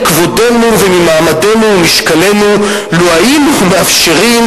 מכבודנו וממעמדנו וממשקלנו לו אפשרנו